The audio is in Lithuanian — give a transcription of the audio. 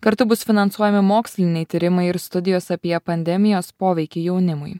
kartu bus finansuojami moksliniai tyrimai ir studijos apie pandemijos poveikį jaunimui